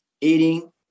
eating